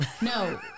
no